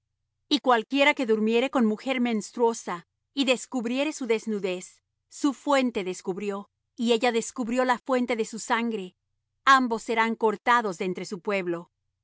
y cualquiera que durmiere con mujer menstruosa y descubriere su desnudez su fuente descubrió y ella descubrió la fuente de su sangre ambos serán cortados de entre su pueblo